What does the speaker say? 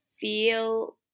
feel